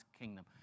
kingdom